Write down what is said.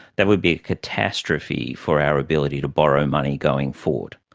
that would be a catastrophe for our ability to borrow money going forward.